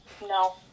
no